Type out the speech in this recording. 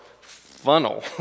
funnel